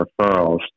referrals